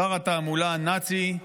שר התעמולה הנאצי.